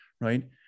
Right